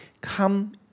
come